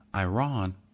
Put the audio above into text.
Iran